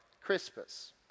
Crispus